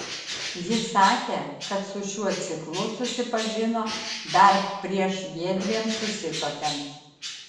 jis sakė kad su šiuo ciklu susipažino dar prieš jiedviem susituokiant